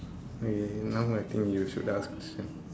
okay now I think you should ask question